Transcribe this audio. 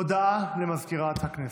הודעה למזכירת הכנסת.